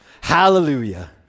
Hallelujah